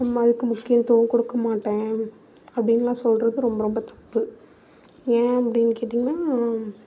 நம்ம அதுக்கு முக்கியதுவம் கொடுக்க மாட்டோம் அப்படின்லாம் சொல்கிறது ரொம்ப ரொம்ப தப்பு ஏன் அப்படின்னு கேட்டிங்கன்னால்